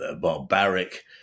barbaric